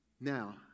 Now